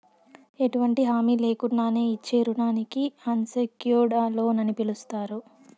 ఎటువంటి హామీ లేకున్నానే ఇచ్చే రుణానికి అన్సెక్యూర్డ్ లోన్ అని పిలస్తారు